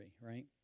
right